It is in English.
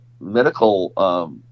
medical